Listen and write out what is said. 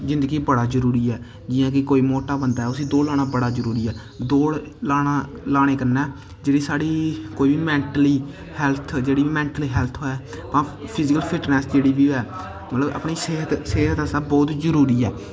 जिंदगी च बड़ा जरूरी ऐ जियां कि कोई मोटा बंदा ऐ उस्सी दौड़ लाना बड़ा जरूरी ऐ दौड़ लाना लाने कन्नै जेह्ड़ी साढ़ी कोई बी मैंटली हैल्थ जेह्ड़ी मैंटली हैल्थ होऐ भा फिजीकल फिटनैस जेह्ड़ी बी होऐ मतलब अपनी सेह्त सेह्त आस्तै बोह्त जरूरी ऐ